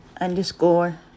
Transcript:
underscore